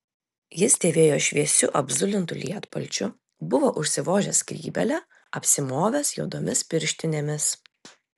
jis dėvėjo šviesiu apzulintu lietpalčiu buvo užsivožęs skrybėlę apsimovęs juodomis pirštinėmis